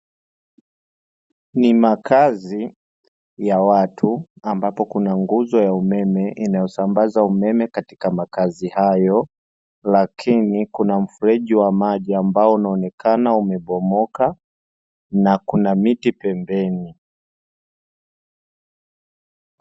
Ni makazi ya watu ambapo kuna nguzo ya umeme inayosambaza umeme katika makazi hayo, lakini kuna mfereji wa maji ambao unaonekana umebomoka na kuna miti pembeni.